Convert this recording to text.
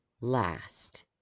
last